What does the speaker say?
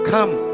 Come